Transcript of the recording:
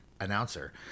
announcer